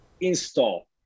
install